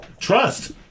Trust